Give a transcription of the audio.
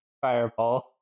Fireball